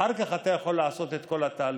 אחר כך אתה יכול לעשות את כל התהליכים.